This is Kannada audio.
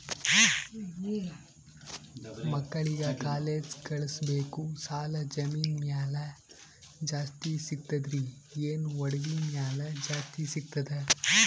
ಮಕ್ಕಳಿಗ ಕಾಲೇಜ್ ಕಳಸಬೇಕು, ಸಾಲ ಜಮೀನ ಮ್ಯಾಲ ಜಾಸ್ತಿ ಸಿಗ್ತದ್ರಿ, ಏನ ಒಡವಿ ಮ್ಯಾಲ ಜಾಸ್ತಿ ಸಿಗತದ?